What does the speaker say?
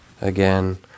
again